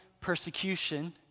persecution